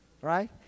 right